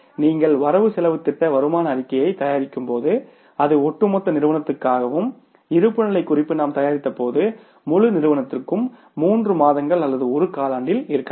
நீங்கள் வரவுசெலவுத் திட்ட வருமான அறிக்கையைத் தயாரிக்கும்போது அது ஒட்டுமொத்த நிறுவனத்துக்காகவும் இருப்புநிலைகுறிப்பை நாம் தயாரித்தபோது முழு நிறுவனத்துக்கும் 3 மாதங்கள் அல்லது 1 காலாண்டில் இருக்கலாம்